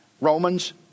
Romans